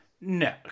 No